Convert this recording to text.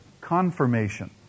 confirmation